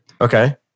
Okay